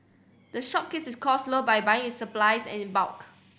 the shop keeps its cost low by buying it supplies and in bulk